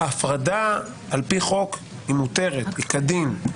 הפרדה על פי חוק מותרת, היא כדין.